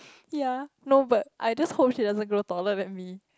ya no but I just hope she doesn't grow taller than me